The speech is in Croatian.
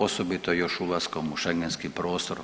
Osobito još ulaskom u schengenski prostor.